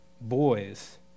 boys